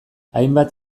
hainbat